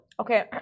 Okay